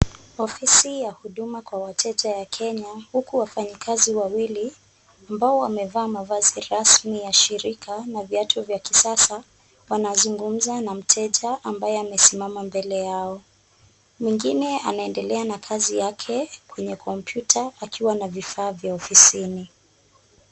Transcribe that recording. Ofisi ya huduma kwa wateja ya Kenya, huku wafanyikazi wawili ambao wamevaa mavazi rasmi ya shirika na viatu vya kisasa, wanazungumza na mteja ambaye amesimama mbele yao. Mwingine anaendelea na kazi yake kwenye kompyuta akiwa na vifaa vya ofisini.